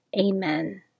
Amen